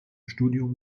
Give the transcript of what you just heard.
studium